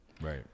Right